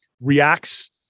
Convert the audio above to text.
reacts